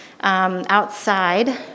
outside